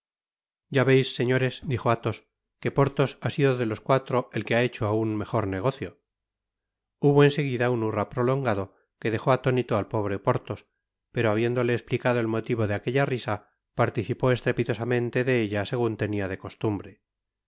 ya veis señores dijo athos que porthos ha sido de los cuatro el que ha hecho aun mejor negocio hubo en seguida un hurra prolongado que dejó atónito al pobre porthos pero habiéndole esplicado el motivo de aquella risa participó estrepitosamente de ella segun tenia de costumbre